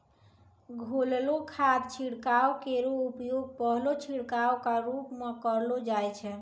घोललो खाद छिड़काव केरो उपयोग पहलो छिड़काव क रूप म करलो जाय छै